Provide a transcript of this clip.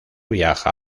viaja